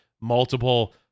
multiple